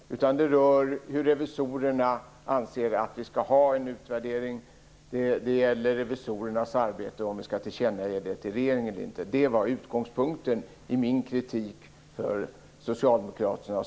Det rör hur revisorerna anser att vi skall ha en utvärdering. Det gäller revisorernas arbete och om vi skall tillkännage det till regeringen eller inte. Det var utgångspunkten i min kritik av Socialdemokraternas och